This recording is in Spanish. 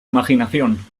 imaginación